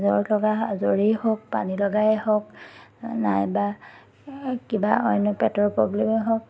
জ্বৰলগা জ্বৰেই হওক পানীলগাই হওক নাইবা কিবা অন্য পেটৰ প্ৰব্লেমেই হওক